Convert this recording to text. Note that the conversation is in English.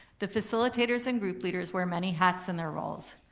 the facilitators and group leaders wear many hats in their roles,